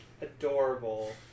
Adorable